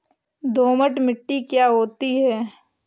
दोमट मिट्टी क्या होती हैं?